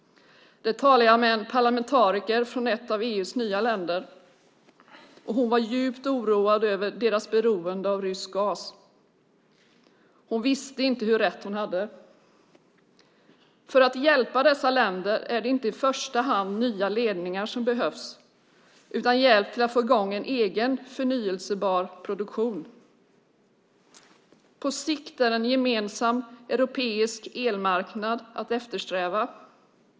Där talade jag med en parlamentariker från ett av EU:s nya medlemsländer, och hon var djupt oroad över deras beroende av rysk gas. Hon visste inte hur rätt hon hade! För att hjälpa dessa länder är det inte i första hand nya ledningar som behövs utan hjälp att få i gång en egen förnybar produktion. På sikt är en gemensam europeisk elmarknad att eftersträva.